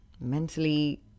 mentally